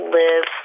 live